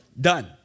Done